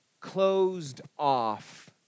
closed-off